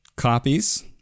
copies